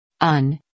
un